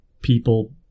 people